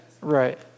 Right